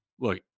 look